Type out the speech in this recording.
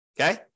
Okay